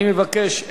אני מבקש,